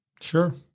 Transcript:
Sure